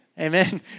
Amen